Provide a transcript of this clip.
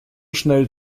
schnell